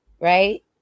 right